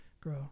grow